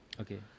Okay